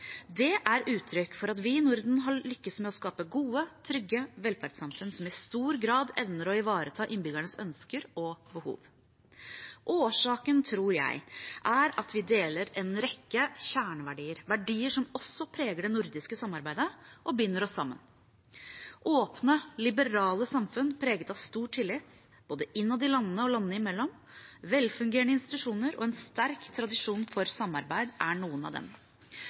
Det er uttrykk for at vi i Norden har lykkes med å skape gode, trygge velferdssamfunn som i stor grad evner å ivareta innbyggernes ønsker og behov. Årsaken til det, tror jeg, er at vi deler en rekke kjerneverdier – verdier som også preger det nordiske samarbeidet og binder oss sammen. Åpne, liberale samfunn preget av stor tillit – både innad i landene og landene imellom – velfungerende institusjoner og en sterk tradisjon for samarbeid er noen av dem.